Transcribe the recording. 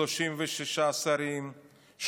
36 שרים,